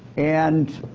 and